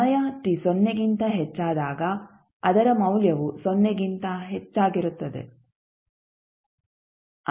ಸಮಯ t ಸೊನ್ನೆಗಿಂತ ಹೆಚ್ಚಾದಾಗ ಅದರ ಮೌಲ್ಯವು ಸೊನ್ನೆಗಿಂತ ಹೆಚ್ಚಾಗಿರುತ್ತದೆ